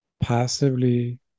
passively